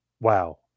wow